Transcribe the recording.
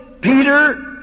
Peter